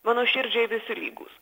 mano širdžiai visi lygūs